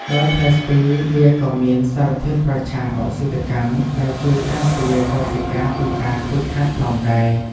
ដោយផ្លែស្ពឺ វាក៏មានសារធាតុប្រឆាំងអុកស៊ីតកម្ម ដែលជួយការពារកោសិកាពីការខូចខាតផងដែរ។